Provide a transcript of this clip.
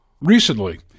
recently